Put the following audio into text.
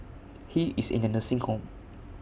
he is in A nursing home